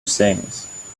sings